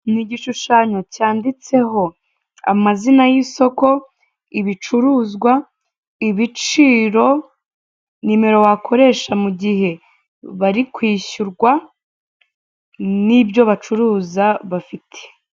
Ni igishushanyo cyanditseho amazina y'isoko, ibicuruzwa, ibiciro, nimero wakoresha mu gihe bari kwishyurwa, n'ibyo bacuruza bafite.